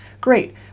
Great